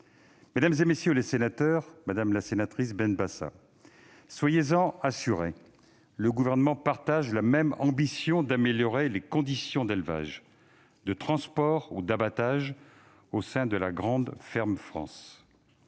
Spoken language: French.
le seul prisme de l'émotion. Madame la sénatrice Esther Benbassa, soyez en assurée, le Gouvernement partage votre ambition d'améliorer les conditions d'élevage, de transport ou d'abattage au sein de la grande ferme France.